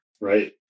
Right